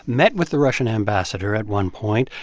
met with the russian ambassador at one point,